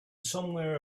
somewhere